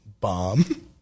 bomb